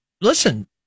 listen